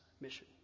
mission